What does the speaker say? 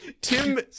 Tim